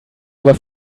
aber